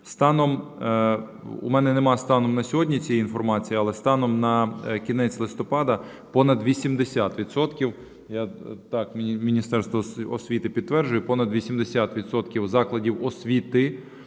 У мене немає станом на сьогодні цієї інформації, але станом на кінець листопада понад 80 відсотків,